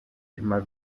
immer